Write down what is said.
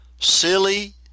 Silly